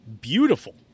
beautiful